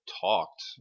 talked